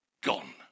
gone